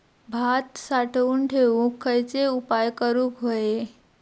भात साठवून ठेवूक खयचे उपाय करूक व्हये?